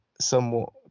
somewhat